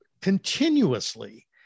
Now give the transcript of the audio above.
continuously